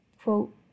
quote